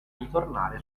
ritornare